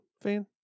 fan